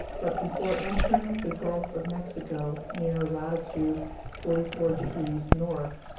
but before entering the gulf of mexico near latitude forty four degrees north,